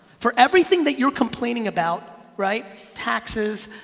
for everything that you're complaining about right, taxes,